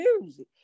music